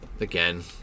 Again